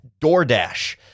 DoorDash